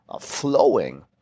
flowing